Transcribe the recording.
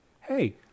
hey